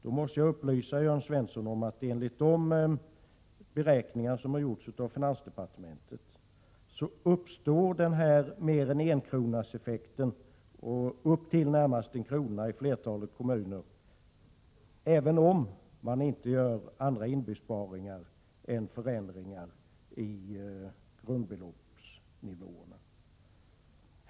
Jag måste då upplysa Jörn Svensson om att det enligt de beräkningar som gjorts i finansdepartementet uppstår en sådan effekt på mer än en krona eller en effekt på upp till i det närmaste en krona i flertalet kommuner, även om man inte gör andra inbesparingar än genom förändringar av grundbeloppsnivåerna.